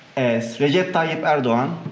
recep tayyip erdogan,